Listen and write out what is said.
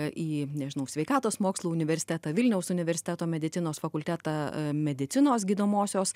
į nežinau sveikatos mokslų universitetą vilniaus universiteto medicinos fakultetą medicinos gydomosios